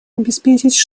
обеспечить